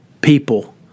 people